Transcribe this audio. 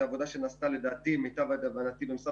לדעתי זו עבודה שנעשתה במשרד הבריאות.